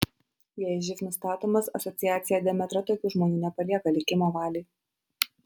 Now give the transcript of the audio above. jei živ nustatomas asociacija demetra tokių žmonių nepalieka likimo valiai